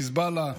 חיזבאללה,